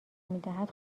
میدهد